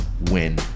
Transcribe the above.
win